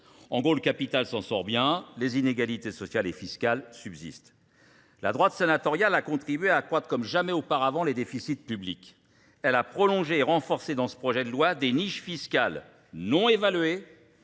En gros, le capital s'en sort bien, les inégalités sociales et fiscales subsistent. La droite sanatoriale a contribué à accroître comme jamais auparavant les déficits publics. Elle a prolongé et renforcé dans ce projet de loi des niches fiscales non évaluées